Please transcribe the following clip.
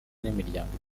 n’imiryango